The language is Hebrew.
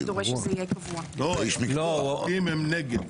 ידברו ביניהם.